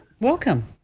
Welcome